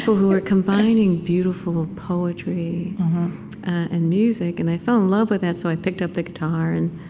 who were combining beautiful poetry and music. and i fell in love with that. so i picked up the guitar. and